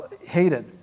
hated